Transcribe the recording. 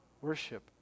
worship